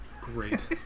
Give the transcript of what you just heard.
Great